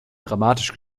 dramatisch